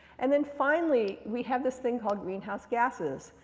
and then, finally, we have this thing called greenhouse gases.